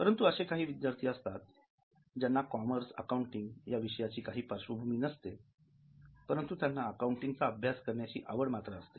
परंतु असे काही विद्यार्थी असतात ज्यांना कॉमर्स अकाउंटिंग या विषयाची काही पार्श्वभूमी नसते परंतु त्यांना अकाउंटिंगचा अभ्यास करण्याची आवड असते